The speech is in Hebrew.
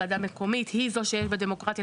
וועדה מקומית היא זו שבה יש דמוקרטיה,